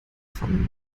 von